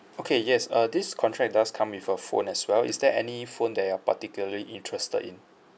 okay yes uh this contract does come with a phone as well is there any phone that you're particularly interested in